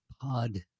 pod